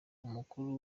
umukuru